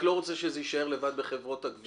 אני רק לא רוצה שזה יישאר לבד בחברות הגבייה.